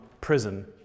prison